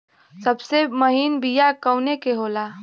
सबसे महीन बिया कवने के होला?